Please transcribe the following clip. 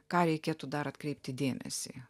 ką reikėtų dar atkreipti dėmesį